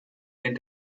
can